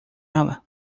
ela